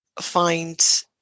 find